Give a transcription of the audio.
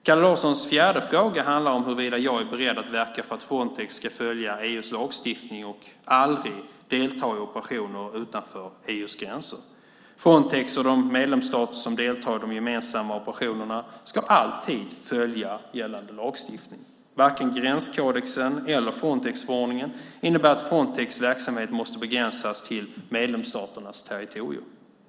Kalle Larssons fjärde fråga handlar om huruvida jag är beredd att verka för att Frontex ska följa EU:s lagstiftning och aldrig delta i operationer utanför EU:s gränser. Frontex och de medlemsstater som deltar i de gemensamma operationerna ska alltid följa gällande lagstiftning. Varken gränskodexen eller Frontexförordningen innebär att Frontex verksamhet måste begränsas till medlemsstaternas territorium.